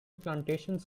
plantations